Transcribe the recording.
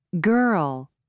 girl